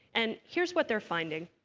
and here's what they're finding.